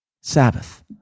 Sabbath